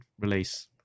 release